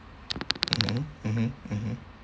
mmhmm mmhmm mmhmm